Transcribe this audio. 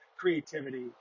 creativity